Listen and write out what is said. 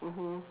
mmhmm